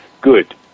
good